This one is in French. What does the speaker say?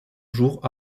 jours